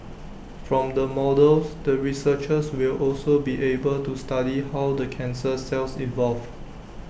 from the models the researchers will also be able to study how the cancer cells evolve